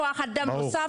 כוח אדם נוסף,